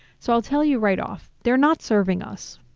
so i'll tell you right off, they're not serving us.